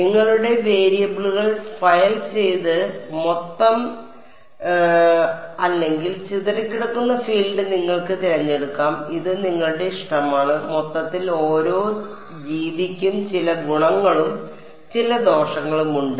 നിങ്ങളുടെ വേരിയബിളുകൾ ഫയൽ ചെയ്ത മൊത്തം അല്ലെങ്കിൽ ചിതറിക്കിടക്കുന്ന ഫീൽഡ് നിങ്ങൾക്ക് തിരഞ്ഞെടുക്കാം ഇത് നിങ്ങളുടെ ഇഷ്ടമാണ് മൊത്തത്തിൽ ഓരോ രീതിക്കും ചില ഗുണങ്ങളും ചില ദോഷങ്ങളുമുണ്ട്